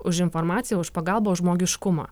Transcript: už informaciją už pagalbą už žmogiškumą